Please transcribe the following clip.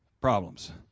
Problems